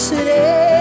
City